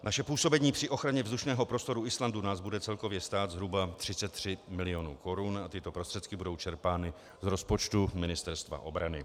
Naše působení při ochraně vzdušného prostoru Islandu nás bude celkově stát zhruba 33 mil. korun a tyto prostředky budou čerpány z rozpočtu Ministerstva obrany.